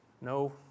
No